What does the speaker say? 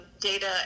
data